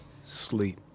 sleep